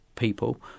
people